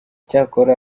cyakora